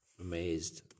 amazed